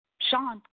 Sean